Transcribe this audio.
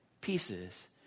pieces